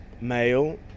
male